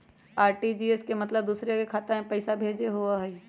RTGS के मतलब दूसरे के खाता में पईसा भेजे होअ हई?